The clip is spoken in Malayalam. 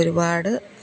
ഒരുപാട്